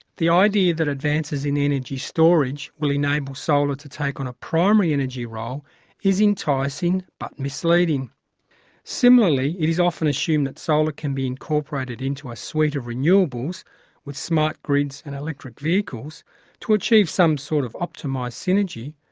the idea that advances in energy storage will enable solar to take on a primary energy role is enticing, but misleading similarly, it is often assumed that solar can be incorporated into a suite of renewables with smart-grids and electric vehicles to achieve some sort of optimized synergy,